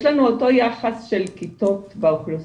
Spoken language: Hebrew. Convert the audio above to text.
יש לנו את אותו יחס של כיתות באוכלוסייה